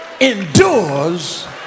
endures